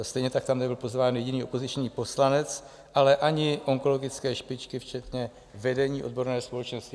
Stejně tak tam nebyl pozván jediný opoziční poslanec, ale ani onkologické špičky včetně vedení odborné společnosti.